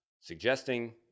suggesting